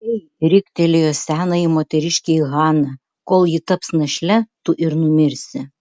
ei riktelėjo senajai moteriškei hana kol ji taps našle tu ir numirsi